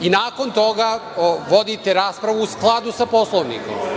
i nakon toga vodite raspravu u skladu sa Poslovnikom.